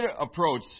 approach